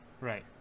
Right